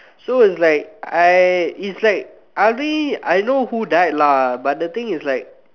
so it's like I it's like I already I know who died lah but the thing is like